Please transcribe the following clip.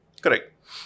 Correct